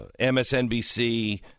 MSNBC